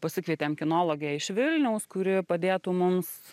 pasikvietėm kinologę iš vilniaus kuri padėtų mums